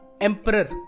emperor